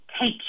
take